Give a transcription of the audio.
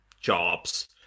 jobs